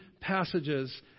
passages